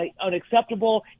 unacceptable